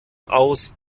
aus